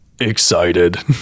excited